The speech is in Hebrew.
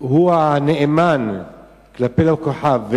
הוא הנאמן כלפי לקוחותיו.